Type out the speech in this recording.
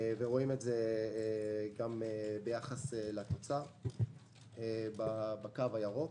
ורואים את זה גם ביחס לתוצר שמצוין בקו ירוק.